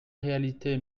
réalité